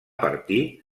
partir